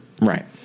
Right